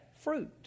fruit